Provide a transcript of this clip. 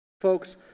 Folks